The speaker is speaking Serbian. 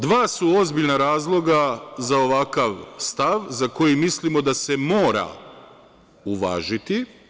Dva su ozbiljna razloga za ovakav stav za koji mislimo da se mora uvažiti.